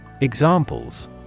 Examples